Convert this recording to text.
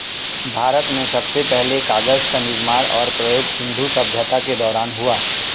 भारत में सबसे पहले कागज़ का निर्माण और प्रयोग सिन्धु सभ्यता के दौरान हुआ